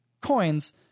coins